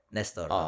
Nestor